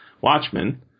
Watchmen